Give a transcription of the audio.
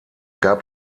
gab